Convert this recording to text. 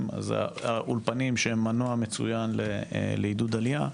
אז האולפנים שהם מנוע מצוין לעידוד עלייה,